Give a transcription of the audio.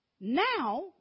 Now